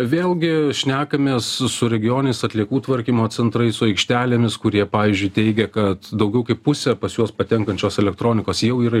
vėlgi šnekamės su regioniniais atliekų tvarkymo centrais o aikštelėmis kurie pavyzdžiui teigia kad daugiau kaip pusė pas juos patenkančios elektronikos jau yra